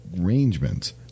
arrangements